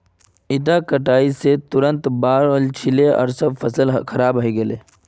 इता कटाई स तुरंत पहले बाढ़ वल छिले आर बहुतला फसल खराब हई गेले